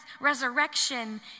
resurrection